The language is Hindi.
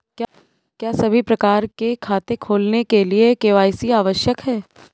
क्या सभी प्रकार के खाते खोलने के लिए के.वाई.सी आवश्यक है?